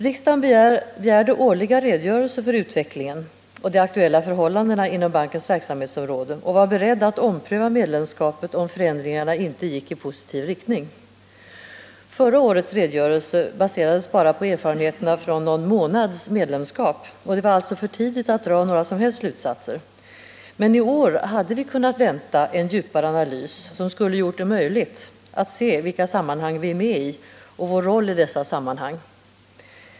Riksdagen begärde årliga redogörelser för utvecklingen och de aktuella förhållandena inom bankens verksamhetsområde och var beredd att ompröva medlemskapet om förändringarna inte gick i positiv riktning. Förra årets redogörelse baserades bara på erfarenheterna från någon månads medlemskap, och det var alltså för tidigt att dra några som helst slutsatser. Men i år hade vi kunnat vänta en djupare analys som skulle ha gjort det möjligt att se vilka sammanhang vi är med i och vår roll i dessa sammanhang.